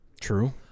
True